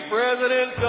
President